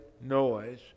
noise